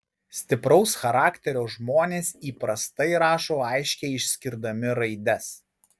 stipraus charakterio žmonės įprastai rašo aiškiai išskirdami raides